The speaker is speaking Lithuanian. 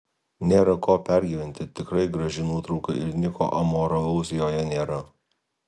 nėra ko pergyventi tikrai graži nuotrauka ir nieko amoralaus joje nėra